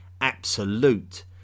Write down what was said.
absolute